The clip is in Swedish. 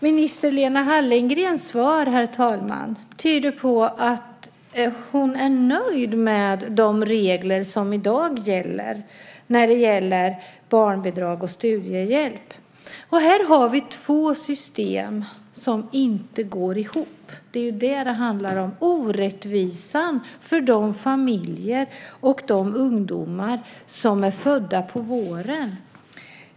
Minister Lena Hallengrens svar tyder på att hon är nöjd med de regler som i dag gäller för barnbidrag och studiehjälp. Vi har två system som inte går ihop. Det handlar om orättvisan för familjer med ungdomar som är födda på våren.